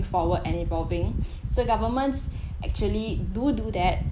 forward and evolving so governments actually do do that